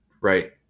right